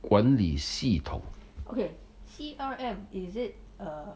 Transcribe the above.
管理系统